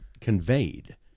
conveyed